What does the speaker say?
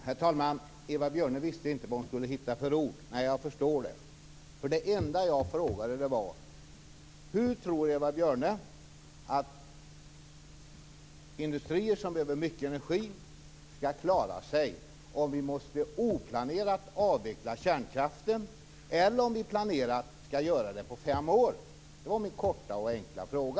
Herr talman! Eva Björne visste inte vad hon skulle hitta för ord. Jag förstår det. Det enda jag frågade var: Hur tror Eva Björne att industrier som behöver mycket energi skall klara sig om vi oplanerat måste avveckla kärnkraften eller om vi planerat skall göra det på fem år? Det var min korta och enkla fråga.